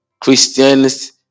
Christians